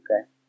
Okay